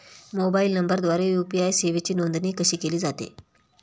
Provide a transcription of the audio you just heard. Mobile नंबरद्वारे UPI सेवेची नोंदणी कशी केली जाते?